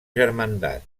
germandat